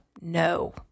No